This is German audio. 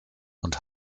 und